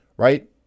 Right